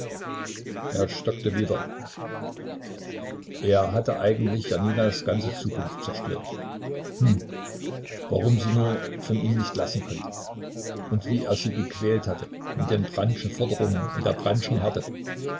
er stockte wieder er hatte eigentlich janinas ganze zukunft zerstört hm warum sie nur von ihm nicht lassen konnte und wie er sie gequält hatte mit den brandschen forderungen und der brandschen härte